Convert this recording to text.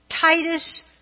Titus